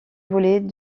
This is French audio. volet